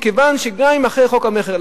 מכיוון שגם אם אחרי חוק המכר,